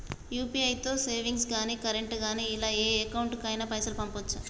UPI తో savings గాని current గాని ఇలా ఏ అకౌంట్ కైనా పైసల్ పంపొచ్చా?